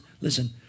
Listen